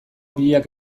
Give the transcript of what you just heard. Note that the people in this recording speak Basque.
biak